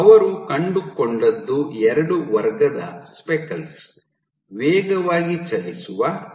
ಅವರು ಕಂಡುಕೊಂಡದ್ದು ಎರಡು ವರ್ಗದ ಸ್ಪೆಕಲ್ಸ್ ವೇಗವಾಗಿ ಚಲಿಸುವ ಮತ್ತು ಅಲ್ಪಾವಧಿಯದ್ದು